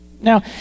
Now